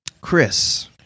Chris